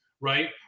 right